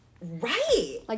Right